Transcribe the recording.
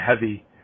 heavy